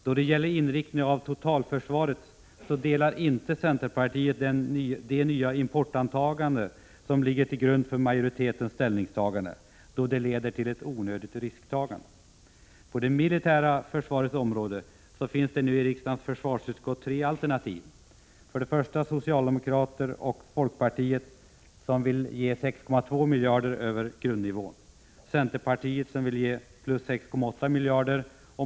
Då det gäller inriktningen av totalförsvaret delar inte centern de nya importantaganden som ligger till grund för majoritetens ställningstaganden, då de leder till ett onödigt risktagande. På det militära försvarets område finns det nu i riksdagens försvarsutskott tre alternativ: 2. Centerpartiet föreslår 6,8 miljarder över grundnivån. 3.